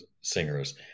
singers